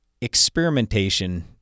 experimentation